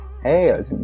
hey